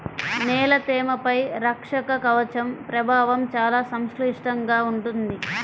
నేల తేమపై రక్షక కవచం ప్రభావం చాలా సంక్లిష్టంగా ఉంటుంది